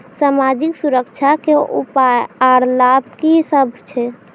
समाजिक सुरक्षा के उपाय आर लाभ की सभ छै?